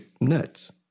nuts